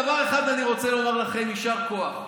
על דבר אחד אני רוצה לומר לכם יישר כוח: